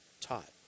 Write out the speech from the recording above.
taught